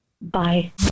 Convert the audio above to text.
Bye